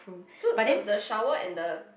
so so the shower and the